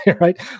right